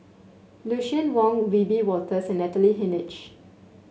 Lucien Wang Wiebe Wolters and Natalie Hennedige